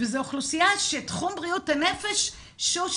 זאת אוכלוסייה שבתחום בריאות הנפש אסור לדבר.